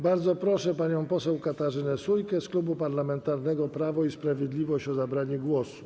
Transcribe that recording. Bardzo proszę panią poseł Katarzynę Sójkę z Klubu Parlamentarnego Prawo i Sprawiedliwość o zabranie głosu.